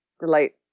Delete